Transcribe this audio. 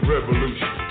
Revolution